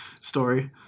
story